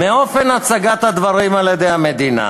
"מאופן הצגת הדברים על-ידי המדינה